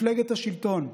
ממפלגת השלטון.